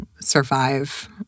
survive